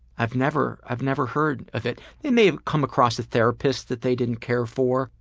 i've never i've never heard of it. they may have come across a therapist that they didn't care for,